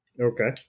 Okay